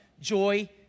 joy